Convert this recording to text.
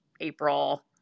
April